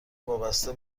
وابسته